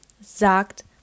sagt